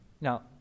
Now